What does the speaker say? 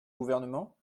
gouvernement